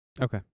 Okay